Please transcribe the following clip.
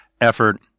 effort –